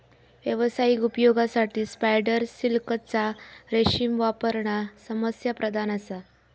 व्यावसायिक उपयोगासाठी स्पायडर सिल्कचा रेशीम वापरणा समस्याप्रधान असा